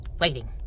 Waiting